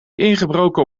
ingebroken